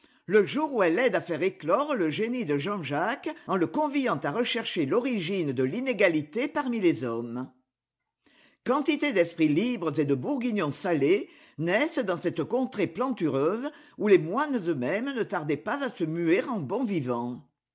le jour où elle aide à faire éclore le génie de jean-jacques en le conviant à rechercher l'origine de l'inégalité parmi les hommes quantité d'esprits libres et de bourguignons salés naissent dans cette contrée plantureuse où les moines eux-mêmes ne tardaient pas à se muer en bons vivants